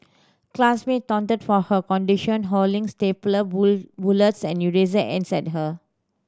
classmate taunted for her condition hurling stapler bullets and eraser ends at her